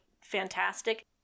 fantastic